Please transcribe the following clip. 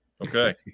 Okay